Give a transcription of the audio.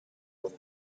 with